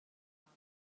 deuh